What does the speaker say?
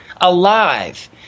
alive